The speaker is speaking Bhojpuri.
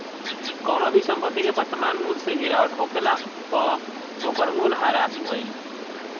कवनो भी संपत्ति के वर्तमान मूल्य से गिरावट होखला पअ ओकर मूल्य ह्रास भइल